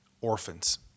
orphans